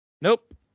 Nope